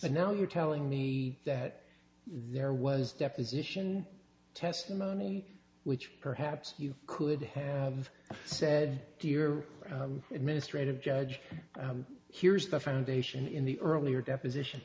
so now you're telling me that there was deposition testimony which perhaps you could have said dear administrative judge here's the foundation in the earlier deposition